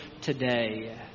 today